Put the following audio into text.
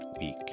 week